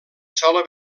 sola